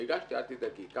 אל תדאגי, הגשתי.